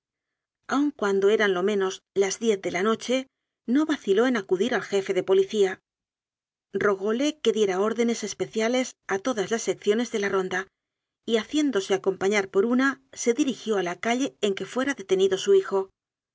aun cuando eran lo menos la diez de la noche no vaciló en acudir al jefe de policía ro góle que diera órdenes especiales a todas las sec ciones de la ronda y haciéndose acompañar por una se dirigió a la calle en que fuera detenido su hijo